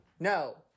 No